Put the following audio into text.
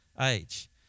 age